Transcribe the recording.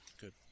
good